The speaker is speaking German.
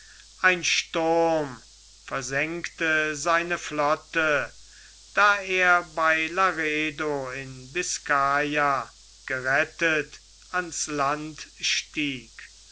ein sturm versenkte seine flotte da er bei laredo in biscaya gerettet ans land stieg